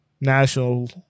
national